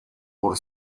por